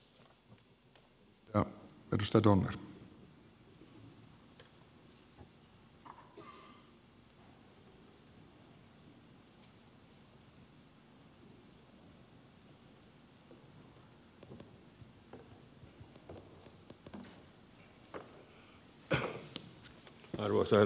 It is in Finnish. arvoisa herra puhemies